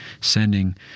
sending